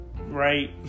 Right